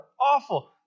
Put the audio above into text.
awful